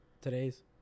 today's